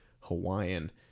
Hawaiian